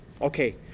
Okay